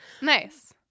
Nice